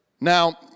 Now